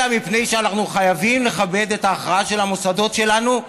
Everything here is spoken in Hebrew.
אלא מפני שאנחנו חייבים לכבד את ההכרעה של המוסדות שלנו,